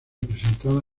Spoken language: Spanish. presentada